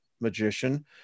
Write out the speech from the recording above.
magician